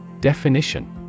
Definition